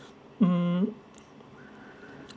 mm